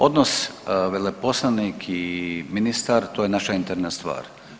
Odnos veleposlanik i ministar to je naša interna stvar.